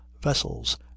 vessels